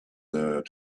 there